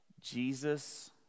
Jesus